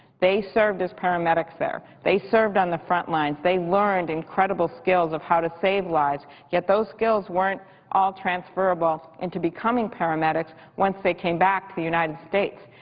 they served as paramedics there. they served on the front lines. they learned incredible skills of how to save lives, yet those skills weren't all transferable into becoming paramedics once they came back to the united states,